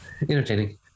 Entertaining